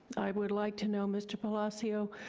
i would like to know, mr. palazzio,